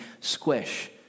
squish